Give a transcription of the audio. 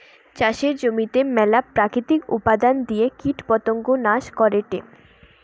চাষের জমিতে মেলা প্রাকৃতিক উপাদন দিয়ে কীটপতঙ্গ নাশ করেটে